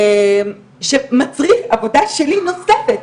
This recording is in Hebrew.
שמצריך עבודה שלי נוספת,